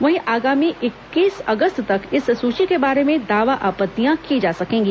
वहीं आगामी इक्कीस अगस्त तक इस सूची के बारे में दावा आपत्तियां की जा सकेंगी